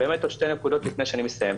עוד שתי נקודות לפני שאני מסיים.